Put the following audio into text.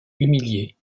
humilié